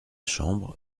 chambre